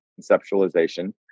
conceptualization